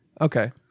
Okay